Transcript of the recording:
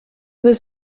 was